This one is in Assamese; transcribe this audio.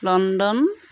লণ্ডন